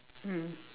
mm